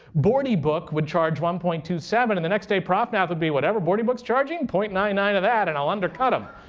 bordeebook would charge one point two seven. and the next day, profnath would be, whatever bordeebook's charging? zero point nine nine of that and i'll under cut him.